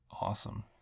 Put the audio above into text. Awesome